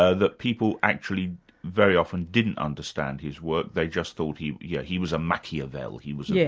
ah that people actually very often didn't understand his work, they just thought he yeah he was a machiavel he was yeah